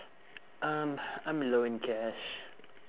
um I'm low in cash